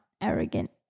arrogant